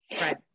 Right